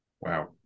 Wow